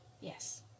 Yes